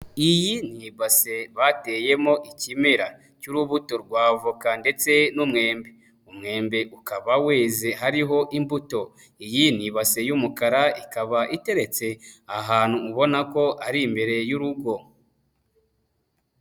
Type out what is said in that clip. Iyi ni ibase bateyemo ikimera cy'urubuto rwa avoka ndetse n'umwembe, umwembe ukaba weze hariho imbuto, iyi ni ibase y'umukara ikaba iteretse ahantu ubona ko ari imbere y'urugo.